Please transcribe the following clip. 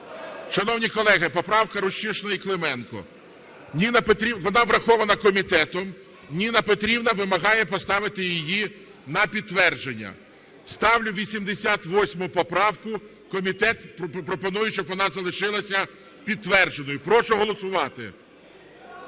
Шановні колеги, поправка Рущишина і Клименко. Вона врахована комітетом. Ніна Петрівна, вимагає поставити її на підтвердження. Ставлю 88 поправку. Комітет пропонує, щоб вона залишилась підтвердженою. Прошу голосувати.